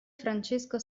francesco